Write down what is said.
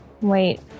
Wait